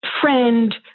friend